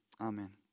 amen